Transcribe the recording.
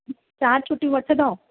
चारि छुट्टियूं वठंदओ